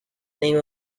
name